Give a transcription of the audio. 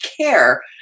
care